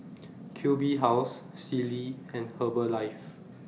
Q B House Sealy and Herbalife